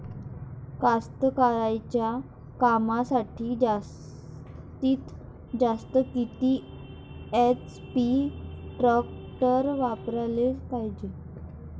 कास्तकारीच्या कामासाठी जास्तीत जास्त किती एच.पी टॅक्टर वापराले पायजे?